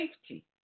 safety